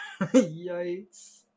Yikes